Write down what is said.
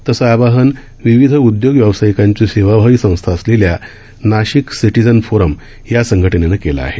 तसं आवाहन विविध उदयोग व्यवसायीकांची सेवाभावी संस्था असलेल्या नाशिक सिटीझन फोरम या संघटनेनं केलं आहे